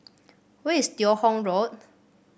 where is Teo Hong Road